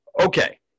Okay